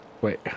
Wait